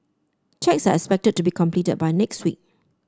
checks are expected to be completed by next week